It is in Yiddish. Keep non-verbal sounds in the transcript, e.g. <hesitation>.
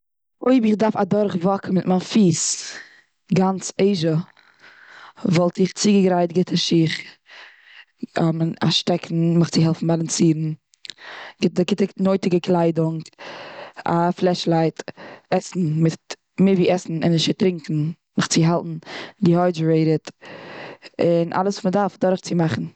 אויב איך דארף א דורך וואקן א גאנץ אזיע מיט מיין פיס גאנץ אזיע. וואלט איך צוגעגרייט גוטע שיך, <hesitation> א שטעקן מיך צו העלפן באלאנסירן, גוטע גוטע נויטיגע קליידונג, א פלעשלייט, עסן, מיט מער ווי עסן ענדערשער טרינקען מיך צו האלטן דיהיידערעדעט. און אלעס וועס מ'דארף דורך צו מאכן.